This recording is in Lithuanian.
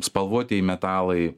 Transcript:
spalvotieji metalai